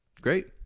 Great